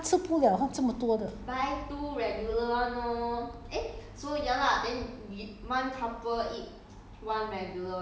no but 你买那个 popcorn 这样大碗一个人哪里吃得完我跟他他吃不了看这么多的